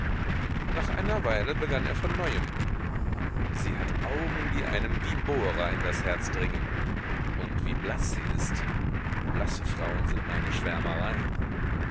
nach einer weile begann er von neuem sie hat augen die einem wie bohrer in das herz dringen und wie blaß sie ist blasse frauen sind meine schwärmerei